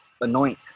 anoint